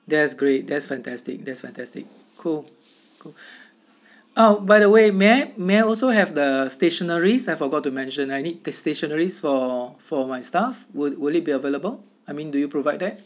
that's great that's fantastic that's fantastic cool cool uh by the way may may I also have the stationeries I forgot to mention I need the stationeries for for my staff would would it be available I mean do you provide that